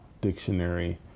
dictionary